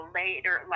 later